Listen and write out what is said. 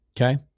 Okay